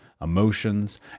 emotions